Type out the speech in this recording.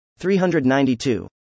392